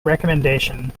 recomendation